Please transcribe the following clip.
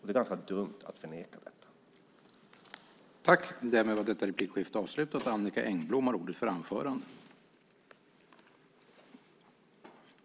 Det är ganska dumt att förneka detta.